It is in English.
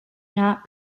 not